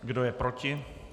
Kdo je proti?